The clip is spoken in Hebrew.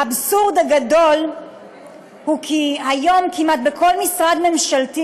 האבסורד הגדול הוא שהיום כמעט בכל משרד ממשלתי